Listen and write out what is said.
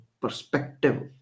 perspective